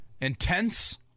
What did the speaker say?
intense